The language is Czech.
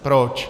Proč?